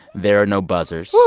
there are no buzzers. yeah